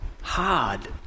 hard